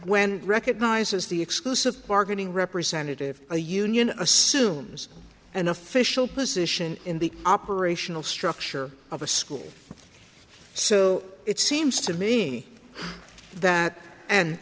when recognizes the exclusive bargaining representative a union assumes an official position in the operational structure of a school so it seems to me that and